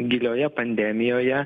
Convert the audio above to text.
gilioje pandemijoje